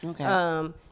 Okay